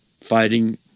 fighting